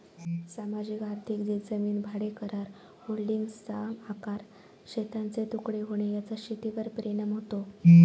सामाजिक आर्थिक ते जमीन भाडेकरार, होल्डिंग्सचा आकार, शेतांचे तुकडे होणे याचा शेतीवर परिणाम होतो